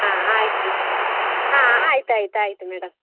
ಹಾಂ ಆಯ್ತು ಹಾಂ ಆಯ್ತು ಆಯ್ತು ಆಯಿತು ಮೇಡಮ್